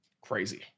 Crazy